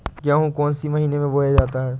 गेहूँ कौन से महीने में बोया जाता है?